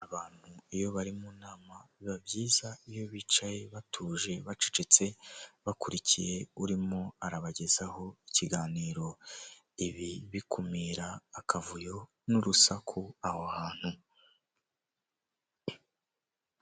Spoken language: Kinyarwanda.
Abantu iyo bari mu nama biba byiza iyo bicaye batuje bacecetse bakurikiye urimo arabagezaho ikiganiro, ibi bikumira akavuyo n'urusaku aho hantu.